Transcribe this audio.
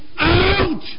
out